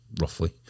roughly